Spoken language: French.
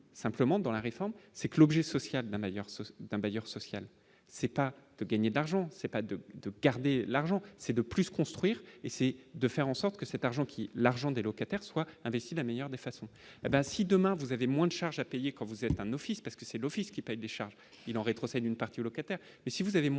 simplement dans la réforme, c'est que l'objet social, la meilleure source d'un bailleur social c'est pas gagner d'argent, c'est pas de de garder l'argent c'est de plus construire et c'est de faire en sorte que cet argent qui l'argent des locataires soit investi la meilleure des façons hé ben si demain vous avez moins de charges à payer, quand vous êtes un office parce que c'est l'Office qui payent des charges, il en rétrocède une partie aux locataires, et si vous avez moins de charges à payer,